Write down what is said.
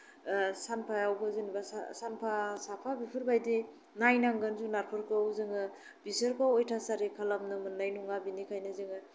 सानफायावबो जेनेबा सा सानफा साफा बेफोरबायदि नायनांगोन जुनारफोरखौ जोङो बिसोरखौ अथ्यासारि खालामनो मोन्नाय नङा बेनिखायनो जोङो